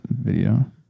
video